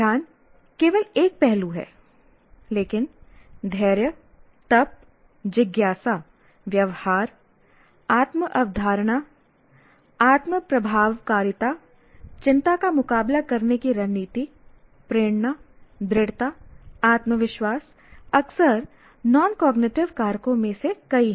ध्यान केवल एक पहलू है लेकिन धैर्य तप जिज्ञासा व्यवहार आत्म अवधारणा आत्म प्रभावकारिता चिंता का मुकाबला करने की रणनीति प्रेरणा दृढ़ता आत्मविश्वास अक्सर नॉन कॉग्निटिव कारकों में से कई हैं